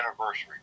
anniversary